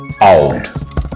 old